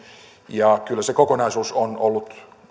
tehneet ja kyllä se kokonaisuus on ollut